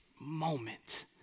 moment